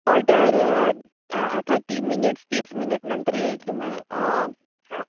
order थट्टी minutes तीस मिनिटनंतर येईल तुम्हाला हां